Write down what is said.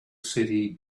city